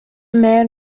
man